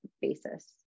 basis